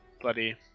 bloody